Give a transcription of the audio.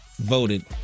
voted